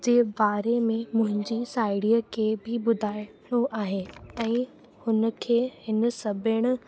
जे बारे में मुंहिंजी साहेड़ीअ खे बि ॿुधाइणो आहे ऐं हुनखे हिन सभिनि